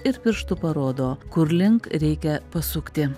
ir pirštu parodo kur link reikia pasukti